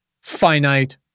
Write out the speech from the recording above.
finite